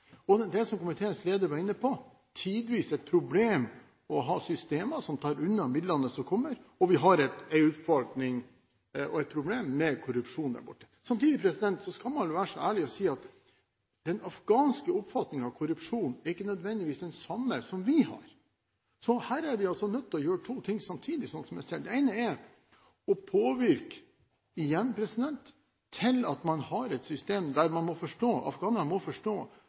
Det er, som komiteens leder var inne på, tidvis et problem å ha systemer som tar unna midlene som kommer, og vi har en utfordring og et problem med korrupsjon der. Samtidig skal man være ærlig og si at den afghanske oppfatningen av korrupsjon ikke nødvendigvis er den samme som vi har. Her er vi nødt til å gjøre to ting samtidig, slik jeg ser det. Det ene er å påvirke – igjen – til at man har et system der afghanerne må forstå